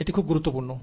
এটি খুব গুরুত্ব পূর্ণ